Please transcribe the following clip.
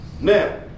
Now